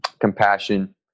compassion